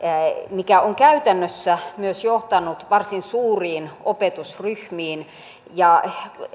mikä on käytännössä myös johtanut varsin suuriin opetusryhmiin ja